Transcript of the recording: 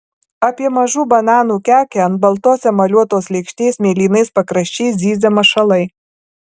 apie mažų bananų kekę ant baltos emaliuotos lėkštės mėlynais pakraščiais zyzia mašalai